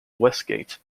westgate